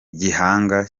gihanga